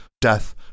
death